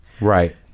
Right